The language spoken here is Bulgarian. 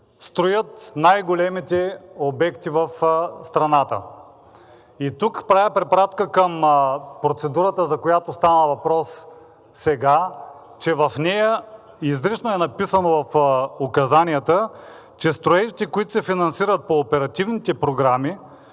строят най-големите обекти в страната. И тук правя препратка към процедурата, за която стана въпрос сега, че в нея изрично е написано в указанията, че строежите, които се финансират по оперативните програми,